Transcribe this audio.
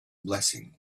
blessing